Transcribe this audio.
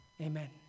amen